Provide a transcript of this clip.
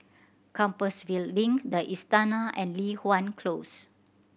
Compassvale Link The Istana and Li Hwan Close